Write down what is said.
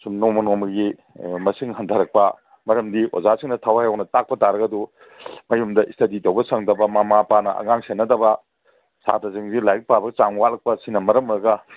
ꯁꯨꯝ ꯅꯣꯡꯃ ꯅꯣꯡꯃꯒꯤ ꯃꯁꯤꯡ ꯍꯟꯊꯔꯛꯄ ꯃꯔꯝꯗꯤ ꯑꯣꯖꯥꯁꯤꯡꯅ ꯊꯋꯥꯏ ꯌꯥꯎꯅ ꯇꯥꯛꯄ ꯇꯥꯔꯒꯁꯨ ꯃꯌꯨꯝꯗ ꯁ꯭ꯇꯗꯤ ꯇꯧꯕ ꯁꯪꯗꯕ ꯃꯃꯥ ꯃꯄꯥꯅ ꯑꯉꯥꯡ ꯁꯦꯟꯅꯗꯕ ꯁꯥꯠꯇ꯭ꯔꯁꯤꯡꯁꯤ ꯂꯥꯏꯔꯤꯛ ꯄꯥꯕ ꯆꯥꯡ ꯋꯥꯠꯂꯛꯄ ꯑꯁꯤꯅ ꯃꯔꯝ ꯑꯣꯏꯔꯒ